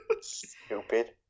Stupid